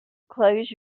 close